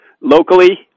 locally